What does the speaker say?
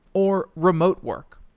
or remote work.